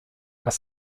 are